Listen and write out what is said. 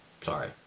Sorry